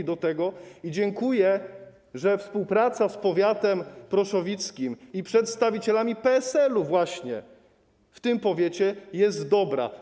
I dziękuję, że współpraca z powiatem proszowickim i przedstawicielami PSL-u w tym powiecie jest dobra.